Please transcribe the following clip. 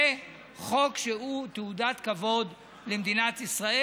זה חוק שהוא תעודת כבוד למדינת ישראל.